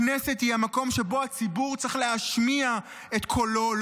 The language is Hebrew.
הכנסת היא המקום שבו הציבור צריך להשמיע את קולו,